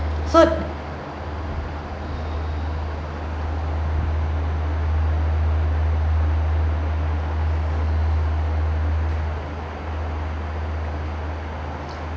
so